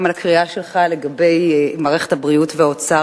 וגם על הקריאה שלך לגבי מערכת הבריאות והאוצר